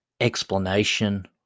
explanation